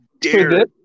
dare